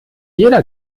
jeder